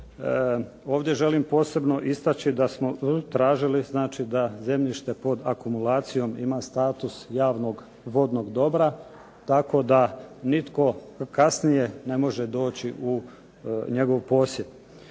ovdje želim posebno istaći da smo tražili da zemljište pod akumulacijom ima status javnog vodnog dobra. Tako da nitko kasnije ne može doći u njegov posjed.